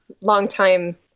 long-time